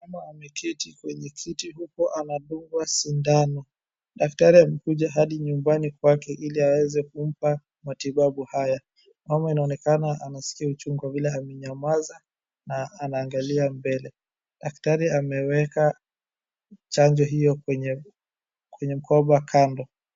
Mama ameketi kwenye kiti huku anadungwa sindano. Daktari amekuja hadi nyumbani kwake ili aweze kumpa matibabu haya. Mama inaoenekana anaskia uchungu kwa vile amenyamaza na ana angalia mbele. Daktari ameweka chanjo hio kwenye mkoba kando.